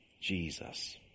Jesus